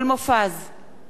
אינו נוכח